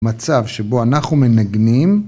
מצב שבו אנחנו מנגנים.